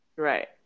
Right